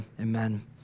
amen